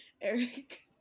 Eric